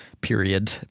period